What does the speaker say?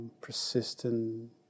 persistent